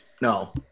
No